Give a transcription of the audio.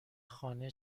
خانه